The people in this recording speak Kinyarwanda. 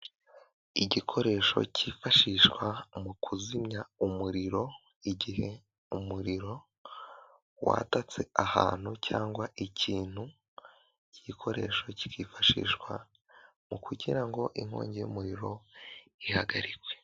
Igikoresho kifashishwa mu kuzimya umuriro igihe umuriro watatse ahantu cyangwa ikintu, iki gikoresho kikifashishwa mu kugira ngo inkongi y'umuriro ihagarikwe.